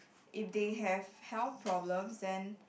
if they have health problems then